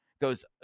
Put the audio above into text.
goes